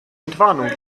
entwarnung